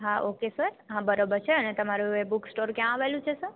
હાં okay sir હાં બરોબર છે અને તમારું એ બુક સ્ટોર ક્યાં આવેલું છે સર